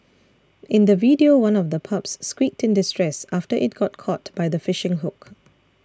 in the video one of the pups squeaked in distress after it got caught by the fishing hook